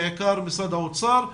בעיקר משרד האוצר,